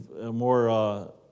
more